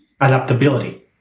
adaptability